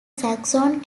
saxon